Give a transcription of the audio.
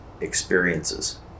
experiences